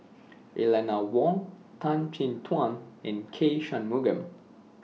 Eleanor Wong Tan Chin Tuan and K Shanmugam